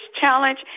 challenge